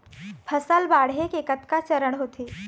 फसल बाढ़े के कतका चरण होथे?